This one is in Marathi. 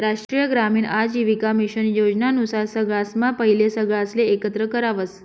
राष्ट्रीय ग्रामीण आजीविका मिशन योजना नुसार सगळासम्हा पहिले सगळासले एकत्र करावस